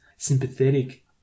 sympathetic